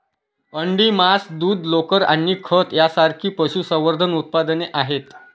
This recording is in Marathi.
अंडी, मांस, दूध, लोकर आणि खत यांसारखी पशुसंवर्धन उत्पादने आहेत